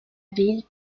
ville